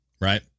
Right